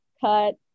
cut